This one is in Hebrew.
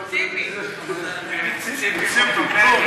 ההסתייגות של חבר הכנסת אלעזר שטרן לסעיף 9 לא נתקבלה.